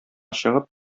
чыгып